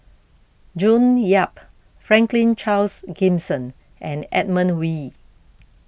June Yap Franklin Charles Gimson and Edmund Wee